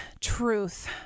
truth